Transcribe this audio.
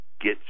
get